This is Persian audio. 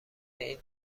این